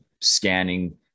scanning